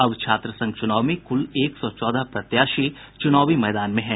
अब छात्र संघ चुनाव में कुल एक सौ चौदह प्रत्याशी चुनावी मैदान में हैं